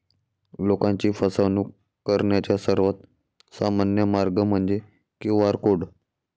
लोकांची फसवणूक करण्याचा सर्वात सामान्य मार्ग म्हणजे क्यू.आर कोड